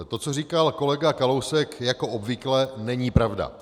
To, co říkal kolega Kalousek, jako obvykle není pravda.